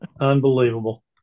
Unbelievable